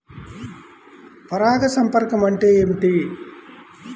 పరాగ సంపర్కం అంటే ఏమిటి?